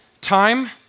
Time